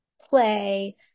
play